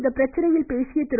இப்பிரச்சினையில் பேசிய திரு